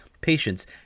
patients